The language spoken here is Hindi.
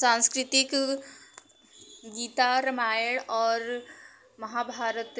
सांस्कृतिक गीता रामायण और महाभारत